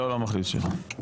לא, לא מחליט בשבילך.